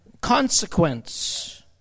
consequence